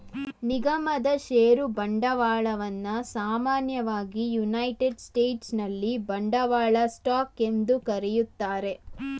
ನಿಗಮದ ಷೇರು ಬಂಡವಾಳವನ್ನ ಸಾಮಾನ್ಯವಾಗಿ ಯುನೈಟೆಡ್ ಸ್ಟೇಟ್ಸ್ನಲ್ಲಿ ಬಂಡವಾಳ ಸ್ಟಾಕ್ ಎಂದು ಕರೆಯುತ್ತಾರೆ